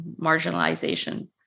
marginalization